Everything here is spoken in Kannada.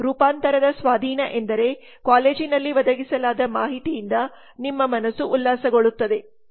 ರೂಪಾಂತರದ ಸ್ವಾಧೀನ ಎಂದರೆ ಕಾಲೇಜಿನಲ್ಲಿ ಒದಗಿಸಲಾದ ಮಾಹಿತಿಯಿಂದ ನಿಮ್ಮ ಮನಸ್ಸು ಉಲ್ಲಾಸಗೊಳ್ಳುತ್ತದೆ